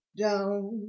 down